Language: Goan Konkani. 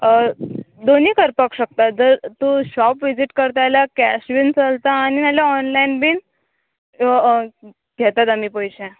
दोनी करपाक शकता जर तूं शॉप विजीट करता जाल्यार कॅश बीन चलता आनी नाल्या ऑनलायन बीन घेतात आमी पयशे